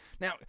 Now